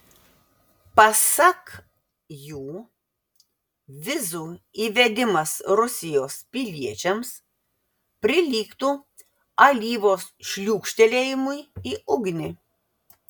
pasak jų vizų įvedimas rusijos piliečiams prilygtų alyvos šliūkštelėjimui į ugnį